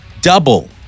double